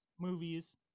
movies